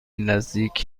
نزدیک